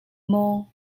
maw